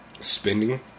spending